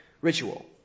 ritual